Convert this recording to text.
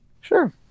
Sure